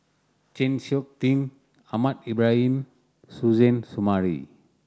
Chng Seok Tin Ahmad Ibrahim Suzairhe Sumari